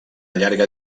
llarga